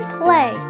play